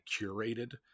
curated